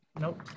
Nope